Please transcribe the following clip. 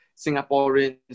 Singaporeans